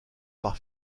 par